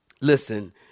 Listen